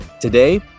Today